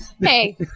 Hey